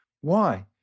Why